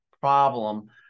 problem